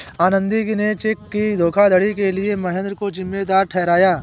आनंदी ने चेक की धोखाधड़ी के लिए महेंद्र को जिम्मेदार ठहराया